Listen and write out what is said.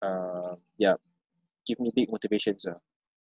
um yup give me big motivations ah